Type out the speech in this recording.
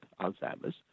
Alzheimer's